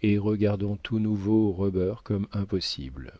et regardant tout nouveau rubber comme impossible